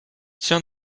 tient